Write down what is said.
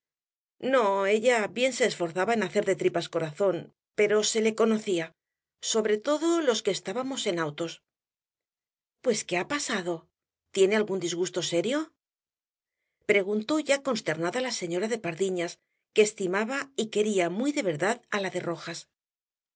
ella bien se esforzaba en hacer de tripas corazón pero se le conocía sobre todo los que estábamos en autos pues qué ha pasado tienen algún disgusto serio preguntó ya consternada la señora de pardiñas que estimaba y quería muy de verdad á la de rojas